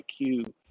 IQ